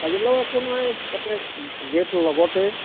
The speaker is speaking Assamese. লাগিলেও একো নাই তাতে গেট লগতে